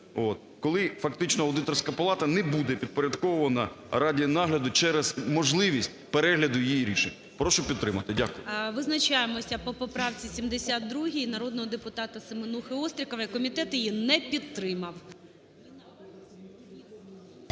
коли фактично аудиторська палата не буде підпорядкована раді нагляду через можливість перегляду її рішень. Прошу підтримати. Дякую. ГОЛОВУЮЧИЙ. Визначаємося по правці 72 народного депутата Семенухи і Острікової. Комітет її не підтримав.